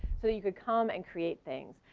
so you could come and create things.